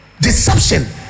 Deception